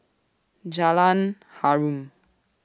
Jalan Harum